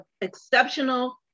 exceptional